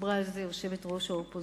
דיברה על זה יושבת-ראש האופוזיציה.